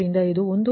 ಆದ್ದರಿಂದ ಇದು 1